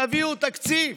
תביאו תקציב,